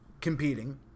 competing